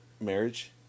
marriage